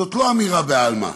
זאת לא אמירה בעלמא,